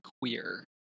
queer